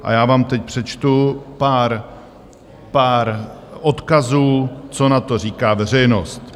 A já vám teď přečtu pár odkazů, co na to říká veřejnost.